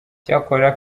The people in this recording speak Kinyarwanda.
icyakora